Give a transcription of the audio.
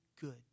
good